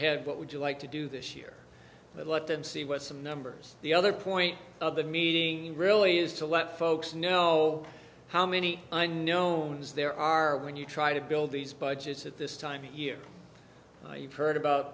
head what would you like to do this year but let them see what some numbers the other point of the meeting really is to let folks know how many i know knows there are when you try to build these budgets at this time of year you've heard about